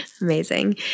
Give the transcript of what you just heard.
Amazing